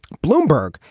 bloomberg.